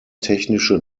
technische